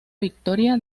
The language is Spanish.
victoria